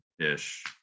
ish